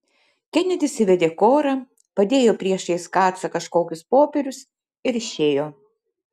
kenedis įvedė korą padėjo priešais kacą kažkokius popierius ir išėjo